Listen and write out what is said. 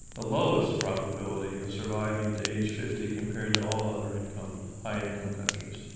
the lowest probability of surviving to age fifty compared to all other high-income high-income countries.